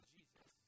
Jesus